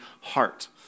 heart